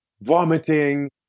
vomiting